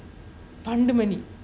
மன்னிரெண்டு மணி:pannirendu mani